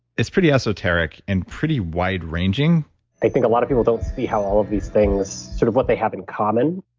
it's pretty esoteric and pretty wide ranging i think a lot of people don't see how all of these things, sort of what they have in common